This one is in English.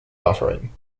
offering